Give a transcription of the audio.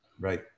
Right